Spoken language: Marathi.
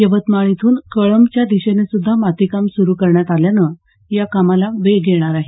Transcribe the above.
यवतमाळ इथून कळंबच्या दिशेने सुध्दा मातीकाम सुरु करण्यात आल्यानं या कामाला वेग येणार आहे